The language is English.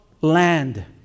land